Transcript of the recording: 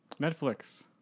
Netflix